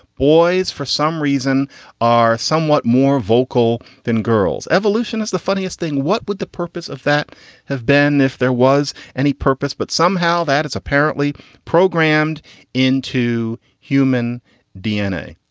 boys, for some reason are somewhat more vocal than girls. evolution is the funniest thing what would the purpose of that have been if there was any purpose, but somehow that it's apparently programmed into human dna?